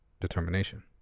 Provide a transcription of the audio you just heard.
determination